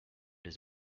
his